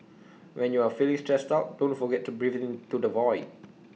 when you are feeling stressed out don't forget to breathe into the void